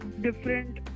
different